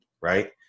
Right